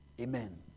Amen